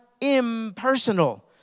impersonal